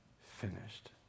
finished